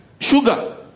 Sugar